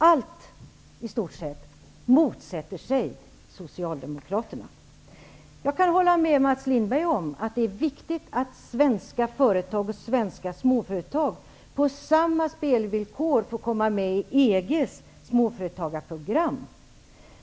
I stort sett allt detta motsätter sig Jag kan hålla med Mats Lindberg om att det är viktigt att svenska företag och småföretag får samma spelvillkor för att komma med i EG:s småföretagarprogram.